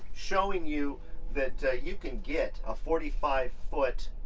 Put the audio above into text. showing you that you can get a forty five foot